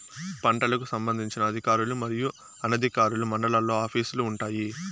పంటలకు సంబంధించిన అధికారులు మరియు అనధికారులు మండలాల్లో ఆఫీస్ లు వుంటాయి?